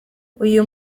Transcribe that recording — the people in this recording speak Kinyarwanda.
uyu